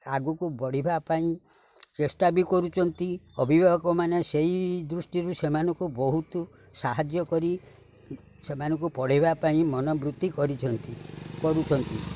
ଆଗକୁ ବଢ଼ିବା ପାଇଁ ଚେଷ୍ଟା ବି କରୁଛନ୍ତି ଅଭିଭାବକମାନେ ସେଇ ଦୃଷ୍ଟିରୁ ସେମାନଙ୍କୁ ବହୁତ ସାହାଯ୍ୟ କରି ସେମାନଙ୍କୁ ପଢ଼ାଇବା ପାଇଁ ମନବୃତ୍ତି କରିଛନ୍ତି କରୁଛନ୍ତି